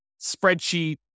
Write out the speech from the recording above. spreadsheet